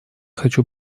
хочу